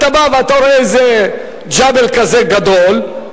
אתה בא ואתה רואה איזה ג'בל כזה גדול,